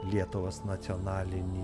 lietuvos nacionalinį